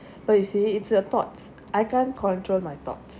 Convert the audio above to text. but you say it it's a thought I can't control my thoughts